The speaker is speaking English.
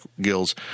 gills